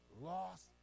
lost